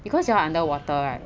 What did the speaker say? because you all under water right